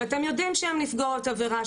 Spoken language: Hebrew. שאתם יודעים שהן נפגעות עבירה,